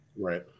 Right